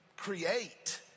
create